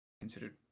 considered